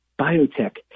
biotech